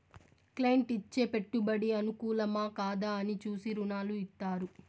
client ఇచ్చే పెట్టుబడి అనుకూలమా, కాదా అని చూసి రుణాలు ఇత్తారు